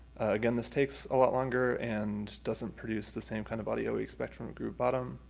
again, this takes a lot longer and doesn't produce the same kind of audio expect from a groove bottom.